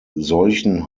solchen